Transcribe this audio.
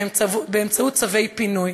באמצעות צווי פינוי,